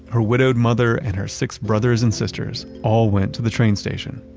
her widowed mother and her six brothers and sisters, all went to the train station.